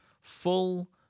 full